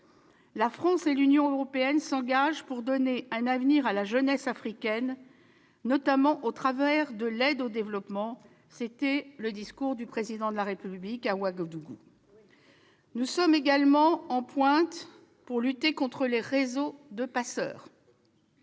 La France et l'Union européenne s'engagent pour donner un avenir à la jeunesse africaine, notamment au travers de l'aide au développement- telle était la teneur du discours du Président de la République à Ouagadougou. Nous sommes également en pointe pour lutter contre les réseaux de passeurs.